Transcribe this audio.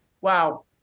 Wow